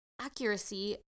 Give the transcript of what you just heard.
accuracy